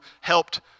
helped